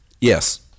Yes